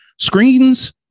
Screens